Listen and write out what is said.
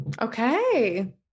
okay